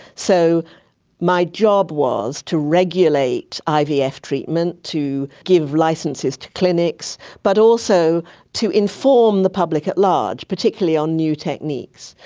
so my job was to regulate ivf treatment, to give licences to clinics, but also to inform the public at large, particularly on new techniques.